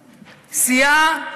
להתחלף.